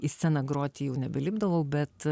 į sceną groti jau nebelipdavau bet